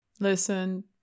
Listen